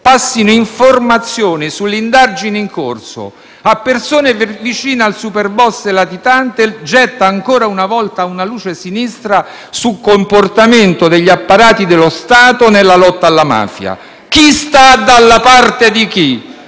passino informazioni sulle indagini in corso a persone vicine al superboss latitante getta ancora una volta una luce sinistra sul comportamento degli apparati dello Stato nella lotta alla mafia. Chi sta dalla parte di chi?